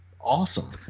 awesome